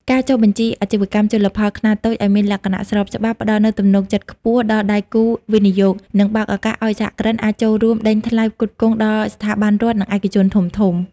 ការចុះបញ្ជីអាជីវកម្មជលផលខ្នាតតូចឱ្យមានលក្ខណៈស្របច្បាប់ ផ្ដល់នូវទំនុកចិត្តខ្ពស់ដល់ដៃគូវិនិយោគ និងបើកឱកាសឱ្យសហគ្រិនអាចចូលរួមដេញថ្លៃផ្គត់ផ្គង់ដល់ស្ថាប័នរដ្ឋ និងឯកជនធំៗ។